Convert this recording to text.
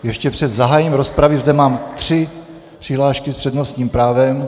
Ještě před zahájením rozpravy zde mám tři přihlášky s přednostním právem.